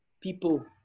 people